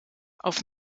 auf